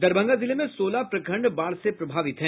दरभंगा जिले में सोलह प्रखंड बाढ़ से प्रभावित हैं